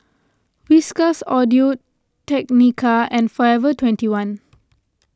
Whiskas Audio Technica and forever twenty one